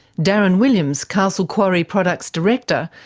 darren williams, castle quarry products' director,